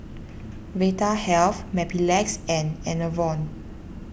Vitahealth Mepilex and Enervon